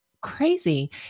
crazy